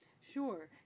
Sure